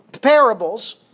parables